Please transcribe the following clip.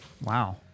Wow